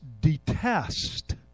detest